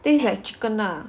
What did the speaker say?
taste like chicken lah